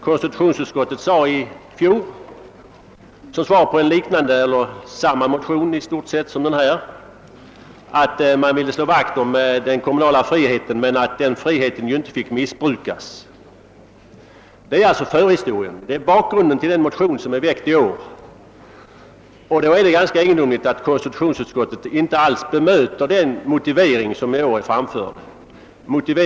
Konstitutionsutskottet skrev också 1968 i sitt utlåtande över en motion av samma slag att utskottet ville slå vakt om den kommunala friheten men att denna frihet inte fick missbrukas. Detta är bakgrunden till årets motion i detta ärende, och det är egendomligt att konstitutionsutskottet inte alls har bemött de argument som framförts i motionen.